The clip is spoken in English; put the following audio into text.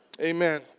amen